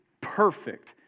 perfect